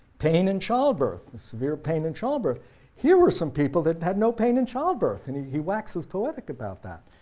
pain in childbirth, severe pain in childbirth here were some people that had no pain in childbirth, and he he waxes poetic about that.